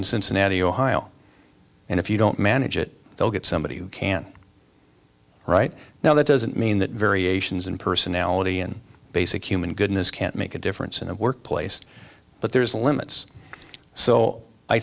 in cincinnati ohio and if you don't manage it they'll get somebody who can right now that doesn't mean that variations in personality and basic human goodness can't make a difference in the workplace but there's limits so i